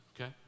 okay